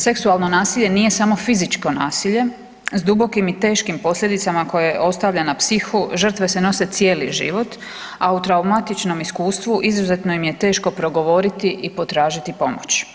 Seksualno nasilje nije samo fizičko nasilje s dubokim i teškim posljedicama koje ostavlja na psihu žrtve se nose cijeli život, a u traumatičnom iskustvu izuzetno im je teško progovoriti i potražiti pomoć.